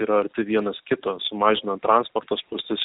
yra arti vienas kito sumažina transporto spūstis